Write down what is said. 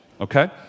okay